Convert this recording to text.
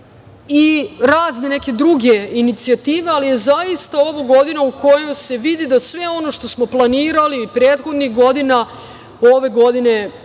i razne neke druge inicijative, ali je zaista ovo godina u kojoj se vidi da se ono što smo planirali prethodnih godina, ove godine ili